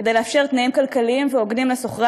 כדי לאפשר תנאים כלכליים הוגנים לשוכרי